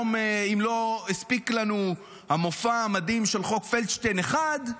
אם לא הספיק לנו המופע המדהים של חוק פלדשטיין 1,